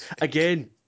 again